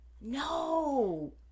No